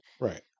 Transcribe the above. Right